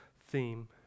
theme